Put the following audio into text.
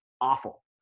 awful